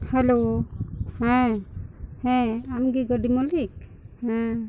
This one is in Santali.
ᱦᱮᱞᱳ ᱦᱮᱸ ᱦᱮᱸ ᱟᱢᱜᱮ ᱜᱟᱹᱰᱤ ᱢᱟᱹᱞᱤᱠ ᱦᱮᱸ